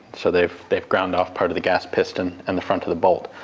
so they've they've ground off part of the gas piston and the front of the bolt,